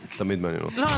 לא,